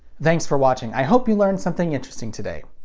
thanks for watching. i hope you learned something interesting today!